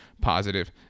positive